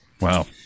Wow